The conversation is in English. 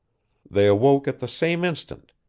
they awoke at the same instant,